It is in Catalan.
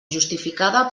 justificada